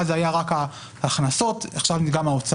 אז היה רק ההכנסות, עכשיו זה גם ההוצאות.